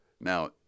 Now